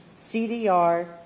CDR